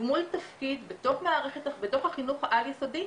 בתוך החינוך העל יסודי,